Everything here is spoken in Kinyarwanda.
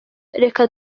reka